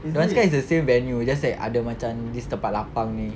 last time is the same venue just that ada macam this tempat lapang ni